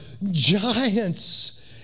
giants